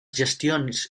gestions